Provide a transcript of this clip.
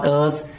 earth